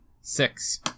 Six